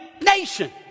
nation